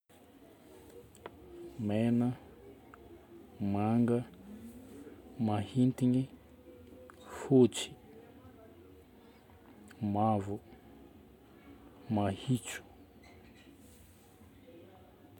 Megna, manga, mahintigny, fotsy, mavo, mahitso.